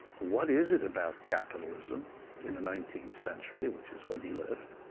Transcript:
what is it about capitalism in the nineteenth century, which is when he lived,